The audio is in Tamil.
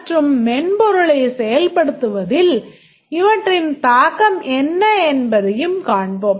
மற்றும் மென்பொருளை செயல்படுத்துவதில் இவற்றின் தாக்கம் என்ன என்பதையும் காண்போம்